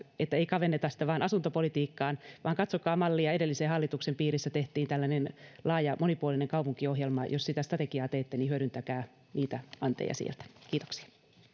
että ei kavenneta sitä vain asuntopolitiikkaan vaan katsokaa mallia edellisen hallituksen piirissä tehtiin tällainen laaja monipuolinen kaupunkiohjelma jos strategiaa teette niin hyödyntäkää niitä anteja sieltä kiitoksia